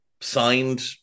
signed